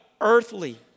Earthly